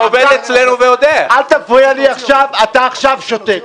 אל תפריע לי עכשיו, אתה עכשיו שותק.